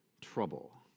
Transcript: trouble